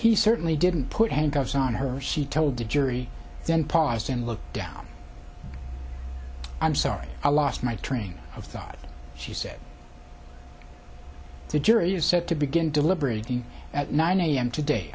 he certainly didn't put handcuffs on her she told the jury then paused and looked down i'm sorry i lost my train of thought she said the jury is set to begin deliberating at nine a m today